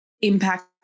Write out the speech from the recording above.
impact